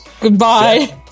Goodbye